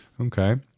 Okay